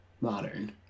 modern